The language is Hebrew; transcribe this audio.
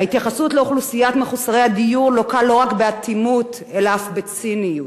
ההתייחסות לאוכלוסיית מחוסרי הדיור לוקה לא רק באטימות אלא אף בציניות.